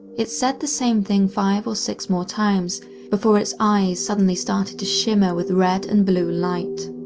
it said the same thing five or six more times before its eyes suddenly started to shimmer with red and blue light.